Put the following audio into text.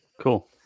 Cool